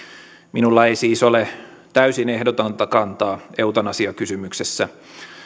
minulla ei siis ole täysin ehdotonta kantaa eutanasiakysymyksessä